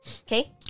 okay